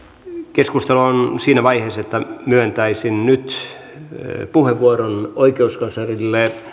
keskustelu on siinä vaiheessa että myöntäisin nyt puheenvuoron oikeuskanslerille